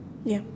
ya